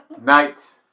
Night